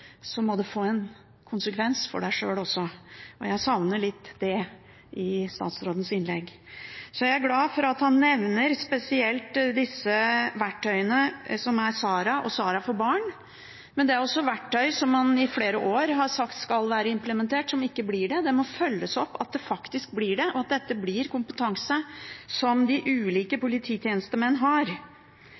må det få en konsekvens for en sjøl også. Jeg savner litt av det i statsrådens innlegg. Jeg er glad for at han nevner spesielt disse verktøyene, SARA og SARA for barn, men det er også verktøy som man i flere år har sagt skal være implementert, men som ikke blir det. Man må følge opp at de faktisk blir implementert, og at dette blir kompetanse som de ulike polititjenestemenn har,